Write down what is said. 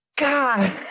God